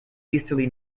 easterly